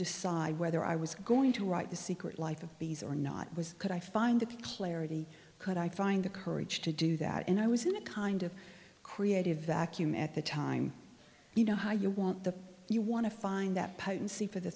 decide whether i was going to write the secret life of bees or not was could i find the clarity could i find the courage to do that and i was in a kind of creative vacuum at the time you know how you want the you want to find that potency for the